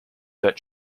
that